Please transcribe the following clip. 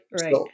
right